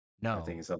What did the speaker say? no